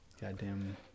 Goddamn